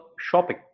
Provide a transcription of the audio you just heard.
shopping